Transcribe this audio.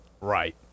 Right